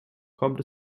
kommt